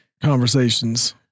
conversations